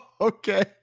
okay